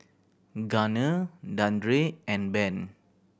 Gunner Dandre and Ben